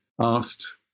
asked